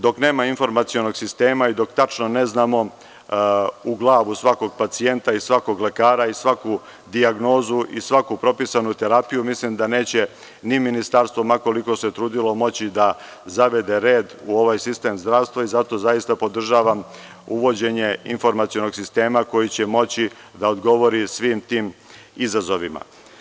Dok nema informacionog sistema i dok tačno ne znamo u glavu svakog pacijenta, svakog lekara, svaku dijagnozu i svaku propisanu terapiju, mislim da neće ni ministarstvo, ma koliko se trudilo, moći da zavede red u ovaj sistem zdravstva i zato zaista podržavam uvođenje informacionog sistema koji će moći da odgovori svim tim izazovima.